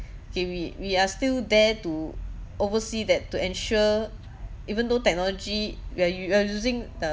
K we we are still there to oversee that to ensure even though technology we're we're using